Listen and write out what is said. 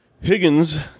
higgins